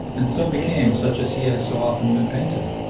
and so became such as he has so often been painted?